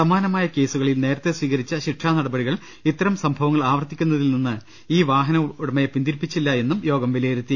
സമാനമായ കേസുകളിൽ നേരത്തേ സ്വീകരിച്ച ശിക്ഷാ അനടപടികൾ ഇത്തരം സംഭവങ്ങൾ ആവർത്തിയ്ക്കുന്നതിൽ നിന്ന് ഈ വാഹന ഉടമയെ പിന്തിരിപ്പിച്ചില്ല എന്നും യോഗം വിലയിരുത്തി